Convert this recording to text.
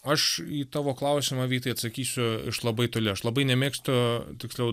aš į tavo klausimą vytai atsakysiu iš labai toli aš labai nemėgstu tiksliau